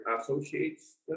associates